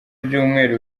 ibyumweru